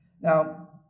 Now